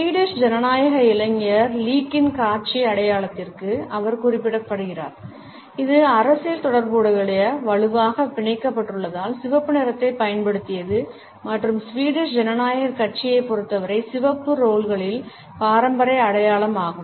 Swedish ஜனநாயக இளைஞர் லீக்கின் காட்சி அடையாளத்திற்கும் அவர் குறிப்பிடப்படுகிறார் இது அரசியல் தொடர்புகளுடன் வலுவாக பிணைக்கப்பட்டுள்ளதால் சிவப்பு நிறத்தைப் பயன்படுத்தியது மற்றும் ஸ்வீடிஷ் ஜனநாயகக் கட்சியைப் பொருத்தவரை சிவப்பு ரோல்களின் பாரம்பரிய அடையாளமாகும்